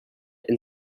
and